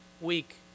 week